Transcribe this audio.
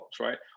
right